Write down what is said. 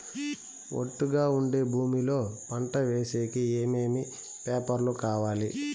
ఒట్టుగా ఉండే భూమి లో పంట వేసేకి ఏమేమి పేపర్లు కావాలి?